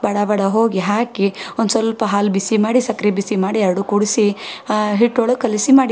ಬಡ ಬಡ ಹೋಗಿ ಹಾಕಿ ಒಂದು ಸ್ವಲ್ಪ ಹಾಲು ಬಿಸಿ ಮಾಡಿ ಸಕ್ರೆ ಬಿಸಿ ಮಾಡಿ ಎರಡು ಕೂಡಿಸಿ ಹಿಟ್ಟೊಳಗೆ ಕಲಸಿ ಮಾಡಿದೆ